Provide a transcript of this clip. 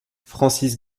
francis